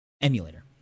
emulator